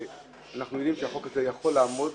אנחנו יודעים שהחוק הזה יכול לעמוד